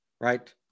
right